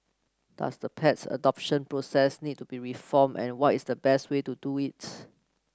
does the pet adoption process need to be reformed and what is the best way to do it